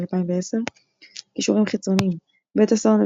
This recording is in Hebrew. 2010. קישורים חיצוניים בית הסוהר נווה